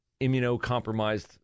immunocompromised